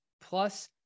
plus